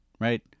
Right